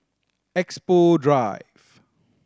Expo Drive